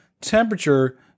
temperature